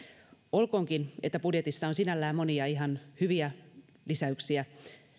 olkoonkin että budjetissa on sinällään monia ihan hyviä lisäyksiä